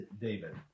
David